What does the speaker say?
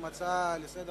שלוש דקות לרשותך.